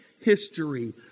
history